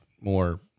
more